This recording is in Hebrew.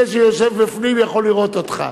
זה שיושב בפנים יכול לראות אותך.